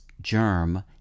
germ